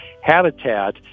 habitat